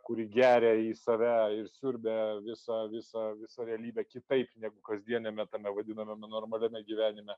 kuri geria į save ir siurbia visą visą visą realybę kitaip negu kasdieniame tame vadinamame normaliame gyvenime